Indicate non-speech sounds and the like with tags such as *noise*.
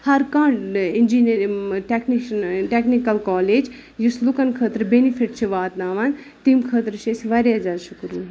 ہر کانٛہہ اِنجینٔرِنگ ٹیکنشہِ ٹیکنِکل کالج یُس لُکن خٲطرٕ بیٚنِفٹ چھُ واتناوان تَمہِ خٲطرٕ چھِ أسۍ واریاہ زیادٕ شُکرِ *unintelligible*